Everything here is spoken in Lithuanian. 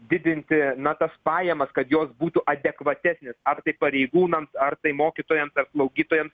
didinti na tas pajamas kad jos būtų adekvatesnės ar tai pareigūnams ar tai mokytojams slaugytojams